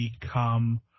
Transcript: become